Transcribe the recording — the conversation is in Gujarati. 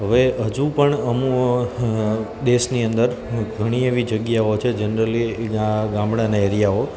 હવે હજુ પણ દેશની અંદર ઘણી એવી જગ્યાઓ છે જનરલી જે આ ગામડાંના એરિયાઓ